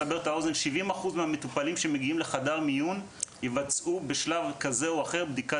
70% מהמטופלים שמגיעים לחדר מיון מבצעים בשלב כזה או אחר בדיקת